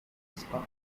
despite